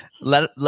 Let